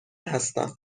هستم